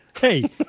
Hey